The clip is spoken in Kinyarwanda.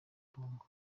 bongo